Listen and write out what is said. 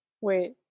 Wait